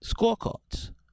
Scorecards